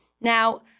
Now